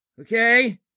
okay